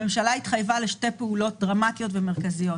הממשלה התחייבה לשתי פעולות דרמטיות ומרכזיות.